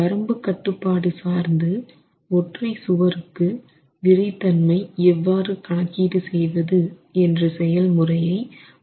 வரம்பு கட்டுப்பாடு சார்ந்து ஒற்றை சுவருக்கு விறைத்தன்மை எவ்வாறு கணக்கீடு செய்வது என்ற செயல்முறையை முன்னரே கண்டோம்